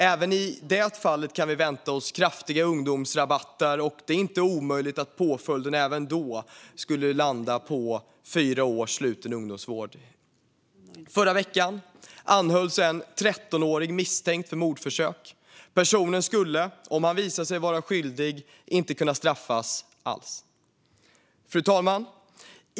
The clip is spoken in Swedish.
Även i detta fall kan vi vänta oss kraftiga ungdomsrabatter, och det är inte omöjligt att påföljden också här landar på fyra års sluten ungdomsvård. I förra veckan anhölls en 13-åring misstänkt för mordförsök. Personen skulle om han visar sig vara skyldig inte kunna straffas alls. Fru talman!